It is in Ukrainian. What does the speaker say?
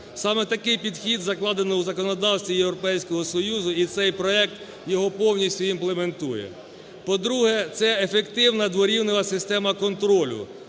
Саме такий підхід закладено у законодавстві Європейського Союзу, і цей проект його повністю імплементує. По-друге, це ефективна дворівнева система контролю.